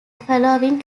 following